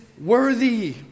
worthy